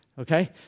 Okay